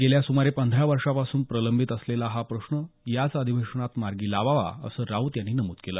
गेल्या सुमारे पंधरा वर्षांपासून प्रलंबित असलेला हा प्रश्न याच अधिवेशनात मार्गी लावावा असं राऊत यांनी नमूद केलं